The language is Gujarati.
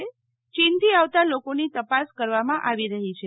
યીનથી આવતા લોકોની તપાસ કરવામાં આવી રહી છે